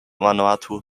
vanuatu